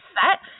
set